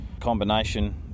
combination